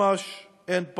ממש אין פרטנר.